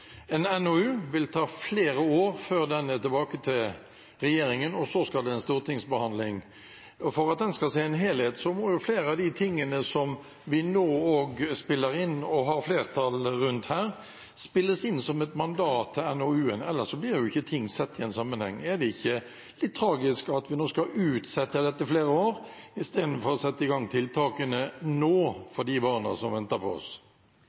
en NOU er tilbake i regjeringen, og så skal det være stortingsbehandling. For at den skal se en helhet, må flere av de tingene som vi nå spiller inn og har flertall for, spilles inn som et mandat til NOU-en, ellers blir ting ikke sett i sammenheng. Er det ikke litt tragisk at vi skal utsette dette i flere år, istedenfor å sette i gang tiltakene nå for de barna som venter på oss?